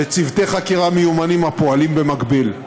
בצוותי חקירה מיומנים הפועלים במקביל.